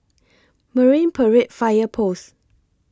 Marine Parade Fire Post